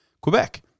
Quebec